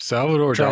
Salvador